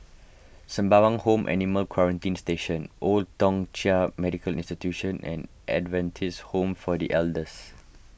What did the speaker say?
Sembawang Home Animal Quarantine Station Old Thong Chai Medical Institution and Adventist Home for the Elders